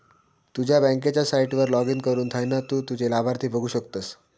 तुझ्या बँकेच्या साईटवर लाॅगिन करुन थयना तु तुझे लाभार्थी बघु शकतस